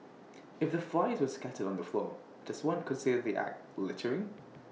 if the flyers were scattered on the floor does one consider the act littering